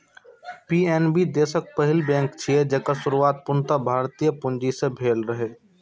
PNB देशक पहिल bank छियै, जेकर शुरुआत पूर्णतः भारतीय पूंजी सं भेल रहै